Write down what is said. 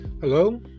Hello